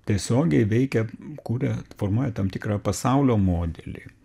tiesiogiai veikia kuria formuoja tam tikrą pasaulio modelį